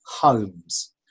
homes